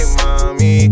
mommy